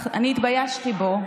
אני התביישתי בו.